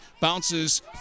Bounces